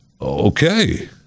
okay